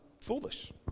foolish